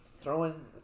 throwing